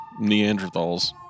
Neanderthals